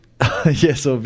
Yes